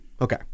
Okay